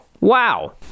wow